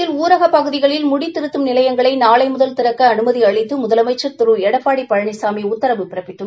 தமிழகத்தில் ஊரகப் பகுதிகளில் முடி திருத்தும் நிலையங்களை நாளை முதல் திறக்க அனுமதி அளித்து முதலமைச்சர் திரு எடப்பாடி பழனிசாமி உத்தரவு பிறப்பித்துள்ளார்